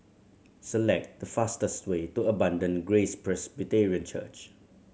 select the fastest way to Abundant Grace Presbyterian Church